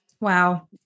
wow